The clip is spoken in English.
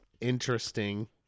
interesting